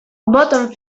bottom